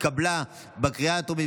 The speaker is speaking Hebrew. התקבלה בקריאה הטרומית,